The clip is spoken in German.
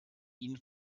ihnen